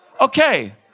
Okay